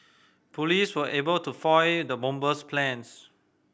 police were able to foil the bomber's plans